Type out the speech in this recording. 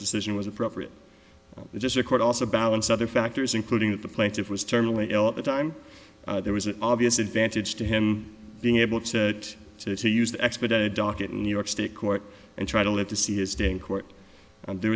decision was appropriate just record also balance other factors including that the plaintiff was terminally ill at the time there was an obvious advantage to him being able to use the expedited docket in new york state court and try to live to see his day in court and there